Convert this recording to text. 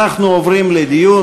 אנחנו עוברים לדיון,